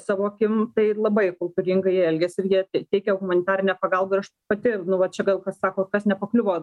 visą savo akim tai labai kultūringai jie elgiasi ir jie teikia humanitarinę pagalbą ir aš pati nu va čia gal kas sako kas nepakliuvo